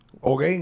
¿ok